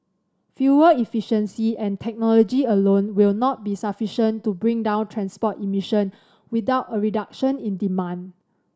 fuel efficiency and technology alone will not be sufficient to bring down transport emission without a reduction in demand